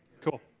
Cool